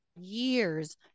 years